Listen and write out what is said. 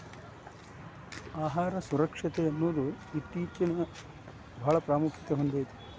ಆಹಾರ ಸುರಕ್ಷತೆಯನ್ನುದು ಇತ್ತೇಚಿನಬಾಳ ಪ್ರಾಮುಖ್ಯತೆ ಹೊಂದೈತಿ